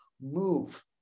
move